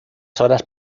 horas